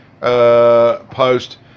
post